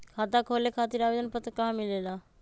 खाता खोले खातीर आवेदन पत्र कहा मिलेला?